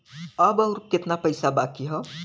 अब अउर कितना पईसा बाकी हव?